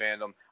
fandom